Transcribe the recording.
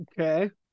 Okay